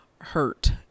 hurt